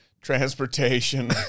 transportation